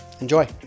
Enjoy